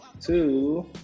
two